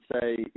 say